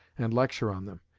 and lecture on them,